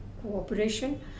cooperation